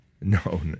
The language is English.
No